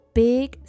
big